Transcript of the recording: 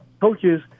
coaches